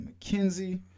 mckenzie